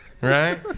right